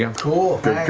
um cool,